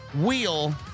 wheel